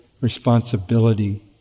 responsibility